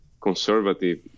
conservative